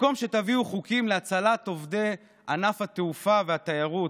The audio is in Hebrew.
במקום שתביאו חוקים להצלת עובדי ענף התעופה והתיירות,